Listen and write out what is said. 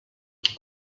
qui